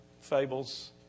fables